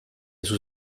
sus